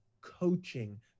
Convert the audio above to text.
coaching